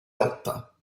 lotta